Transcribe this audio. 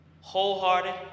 wholehearted